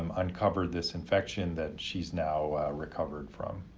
um uncovered this infection that she's now recovered from.